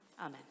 Amen